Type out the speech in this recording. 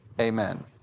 Amen